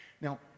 Now